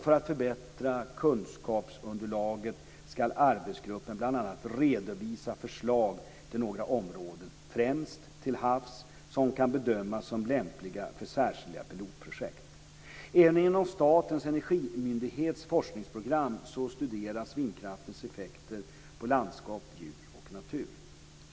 För att förbättra kunskapsunderlaget ska arbetsgruppen bl.a. redovisa förslag till några områden, främst till havs, som kan bedömas som lämpliga för särskilda pilotprojekt. Även inom Statens energimyndighets forskningsprogram studeras vindkraftens effekter på landskap, djur och natur.